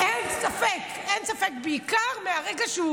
שר